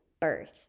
birth